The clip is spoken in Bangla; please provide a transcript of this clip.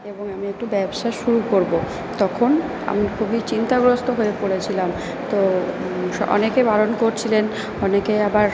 এবং আমি একটু ব্যবসা শুরু করবো তখন আমি খুবই চিন্তাগ্রস্থ হয়ে পড়েছিলাম তো অনেকে বারণ করছিলেন অনেকে আবার